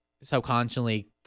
subconsciously